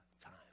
time